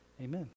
Amen